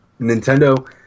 Nintendo